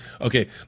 Okay